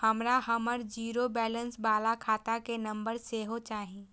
हमरा हमर zero balance बाला खाता के नम्बर सेहो चाही